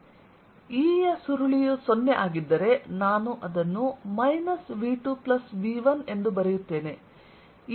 E ನ ಸುರುಳಿಯು 0 ಆಗಿದ್ದರೆ ನಾನು ಅದನ್ನು V2V1ಎಂದು ಬರೆಯುತ್ತೇನೆ